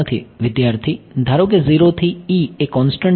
વિદ્યાર્થી ધારો કે 0 થી E એ કોન્સ્ટન્ટ છે